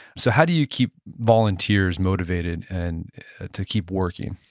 so how do you keep volunteers motivated and to keep working?